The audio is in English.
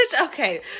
okay